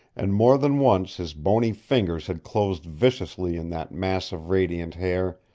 and more than once his bony fingers had closed viciously in that mass of radiant hair,